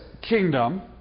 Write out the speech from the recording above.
kingdom